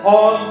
on